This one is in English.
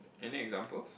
any examples